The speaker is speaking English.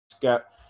get